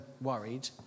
worried